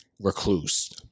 recluse